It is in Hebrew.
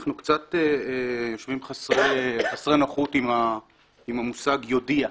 אנחנו קצת יושבים חסרי נוחות עם המושג "יודיע".